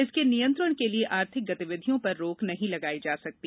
इसके नियंत्रण के लिए आर्थिक गतिविधियों पर रोक नहीं लगाई जा सकती